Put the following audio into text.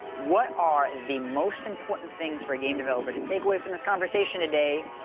what are the most important things for game developer to take away from this conversation today?